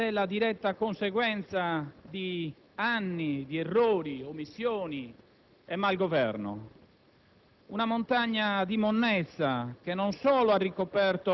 Signor Presidente, onorevoli colleghi, signor Ministro, l'emergenza rifiuti in Campania